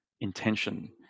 intention